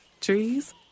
Trees